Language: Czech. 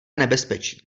nebezpečí